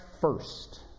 first